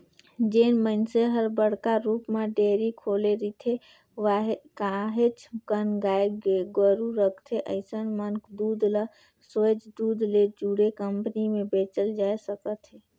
जेन मइनसे हर बड़का रुप म डेयरी खोले रिथे, काहेच कन गाय गोरु रखथे अइसन मन दूद ल सोयझ दूद ले जुड़े कंपनी में बेचल जाय सकथे